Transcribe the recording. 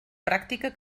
pràctica